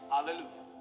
Hallelujah